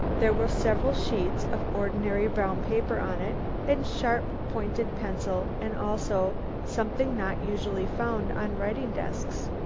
there were several sheets of ordinary brown paper on it and sharp pointed pencil and also something not usually found on writing desks,